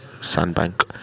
sandbank